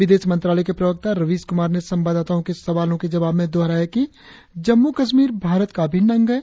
विदेश मंत्रालय के प्रवक्ता रवीश क्रमार ने संवाददाताओं के सवालों के जवाब में दोहराया कि जम्मू कश्मीर भारत का अभिन्न अंग है